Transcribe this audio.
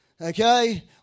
Okay